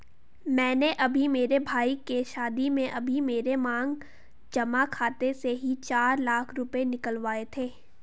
मैंने अभी मेरे भाई के शादी में अभी मेरे मांग जमा खाते से ही चार लाख रुपए निकलवाए थे